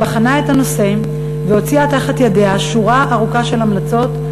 בחנה את הנושא והוציאה מתחת ידיה שורה ארוכה של המלצות,